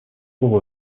pour